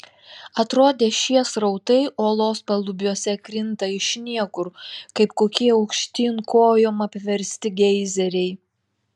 atrodė šie srautai olos palubiuose krinta iš niekur kaip kokie aukštyn kojom apversti geizeriai